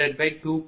0594 p